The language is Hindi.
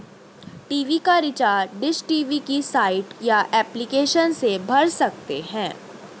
टी.वी का रिचार्ज डिश टी.वी की साइट या एप्लीकेशन से कर सकते है